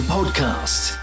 Podcast